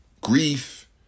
Grief